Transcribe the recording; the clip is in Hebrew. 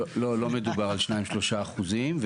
לא לא מדובר על שניים-שלושה אחוזים,